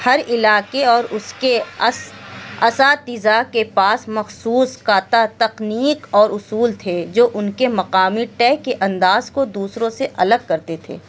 ہر علاقے اور اس کے اس اساتذہ کے پاس مخصوص کاتا تکنیک اور اصول تھے جو ان کے مقامی کے انداز کو دوسروں سے الگ کرتے تھے